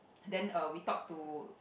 then err we talk to